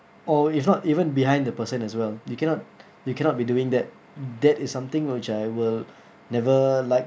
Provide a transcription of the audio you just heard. or if not even behind the person as well you cannot you cannot be doing that that is something which I will never like